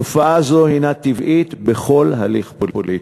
תופעה זו הנה טבעית בכל הליך פוליטי.